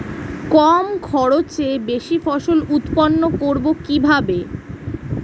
কম খরচে বেশি ফসল উৎপন্ন করব কিভাবে?